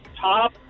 top